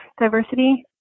diversity